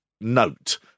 note